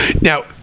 now